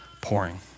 pouring